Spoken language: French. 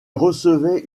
recevait